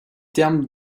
terme